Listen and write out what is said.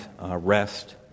rest